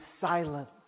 silence